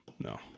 No